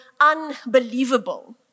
unbelievable